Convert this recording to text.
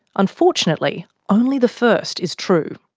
unfortunately, only the first is true.